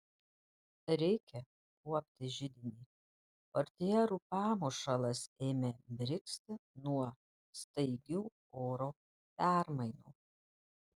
reikia kuopti židinį portjerų pamušalas ėmė brigzti nuo staigių oro permainų